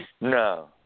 No